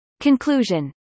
Conclusion